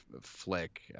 flick